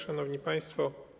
Szanowni Państwo!